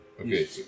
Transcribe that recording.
Okay